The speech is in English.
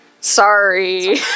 sorry